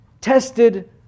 tested